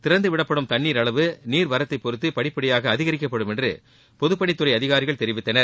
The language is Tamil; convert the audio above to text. திறந்து விடப்படும் தண்ணீரின் அளவு நீர்வரத்தைப் பொறுத்து படிப்படியாக அதிகரிக்கப்படும் என்று பொதுப்பணிததுறை அதிகாரிகள் தெரிவித்தனர்